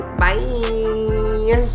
bye